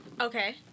Okay